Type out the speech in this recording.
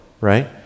right